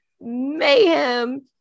mayhem